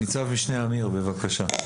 ניצב משנה עמיר בבקשה.